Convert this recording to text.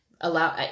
allow